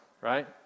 right